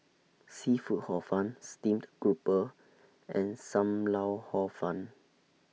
Seafood Hor Fun Steamed Grouper and SAM Lau Hor Fun